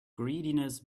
greediness